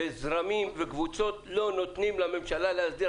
וזרמים וקבוצות לא נותנים לממשלה להסדיר.